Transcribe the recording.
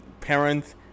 parents